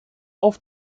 auf